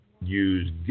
use